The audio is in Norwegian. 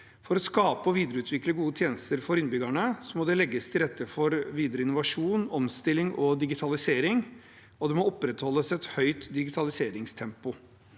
For å skape og videreutvikle gode tjenester for innbyggerne må det legges til rette for videre innovasjon, omstilling og digitalisering, og det må opprettholdes et høyt digitaliseringstempo.